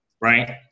right